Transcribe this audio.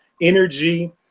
energy